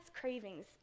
cravings